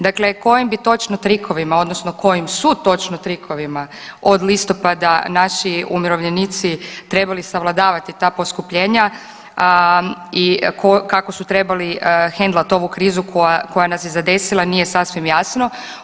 Dakle, kojim bi točno trikovima, odnosno kojim su točno trikovima od listopada naši umirovljenici trebali savladavati ta poskupljenja i kako su trebali hendlati ovu krizu koja nas je zadesila nije sasvim jasno.